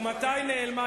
כך אתה יודע לדבר?